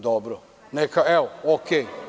Dobro neka, evo ok.